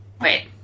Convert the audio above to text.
Wait